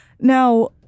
Now